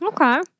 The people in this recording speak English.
okay